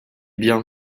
bien